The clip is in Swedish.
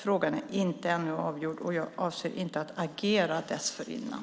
Frågan är ännu inte avgjord och jag avser inte att agera dessförinnan.